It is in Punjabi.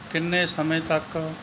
ਕਿੰਨੇ ਸਮੇਂ ਤੱਕ